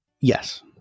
yes